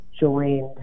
joined